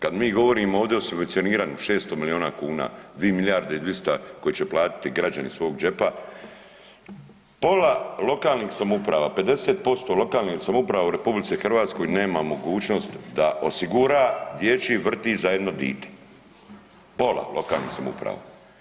Kad mi govorimo ovdje o subvencioniranju 600 milijona kuna, 2 milijarde i 200 koji će platiti građani iz svog džepa, pola lokalnih samouprava, 50% lokalnih samouprava u RH nema mogućnost da osigura dječji vrtić za jedno dite, pola lokalnih samouprava.